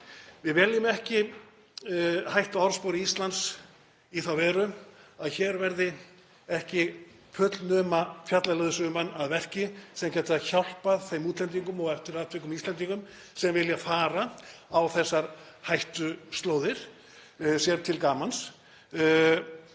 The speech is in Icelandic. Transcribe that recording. Við viljum ekki hætta orðspori Íslands í þá veru að hér verði ekki fullnuma fjallaleiðsögumenn að verki sem geta hjálpað þeim útlendingum og eftir atvikum Íslendingum sem vilja fara á þessar hættuslóðir sér til gamans.